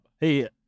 Hey